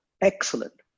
excellent